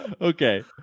Okay